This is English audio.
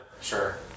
Sure